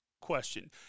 question